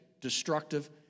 destructive